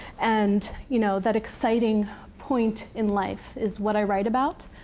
and you know that exciting point in life is what i write about.